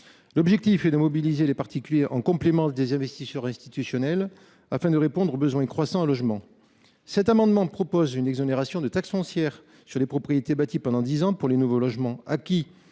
L’objectif est de mobiliser les particuliers aux côtés des investisseurs institutionnels afin de répondre aux besoins croissants de logements. Cet amendement vise à exonérer de taxe foncière sur les propriétés bâties, pendant dix ans, les nouveaux logements acquis